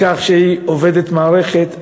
בכך שהיא עובדת מערכת,